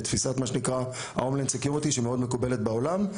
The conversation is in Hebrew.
בתפיסת מה שנקרא "homeland security" שמאוד מקובלת בעולם,